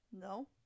No